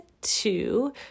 two